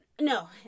No